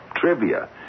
trivia